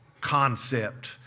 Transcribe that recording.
concept